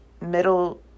middle